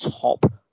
top